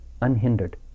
unhindered